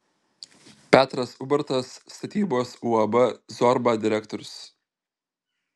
petras ubartas statybos uab zorba direktorius